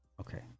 okay